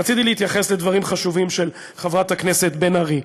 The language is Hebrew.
רציתי להתייחס לדברים החשובים של חברת הכנסת בן ארי.